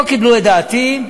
לא קיבלו את דעתי,